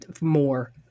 more